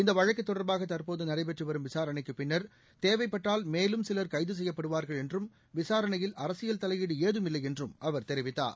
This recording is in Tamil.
இந்தவழக்குதொடர்பாகதற்போதுநடைபெற்றுவரும் விசாரணைக்குப் பின்னர் தேவைப்பட்டால் மேலும் சிலர் கைதுசெய்யப்படுவார்கள் என்றும் விசாரணையில் அரசியல் தலையீடுஏதுமில்லைஎன்றும் அவர் தெரிவித்தார்